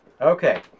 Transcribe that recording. Okay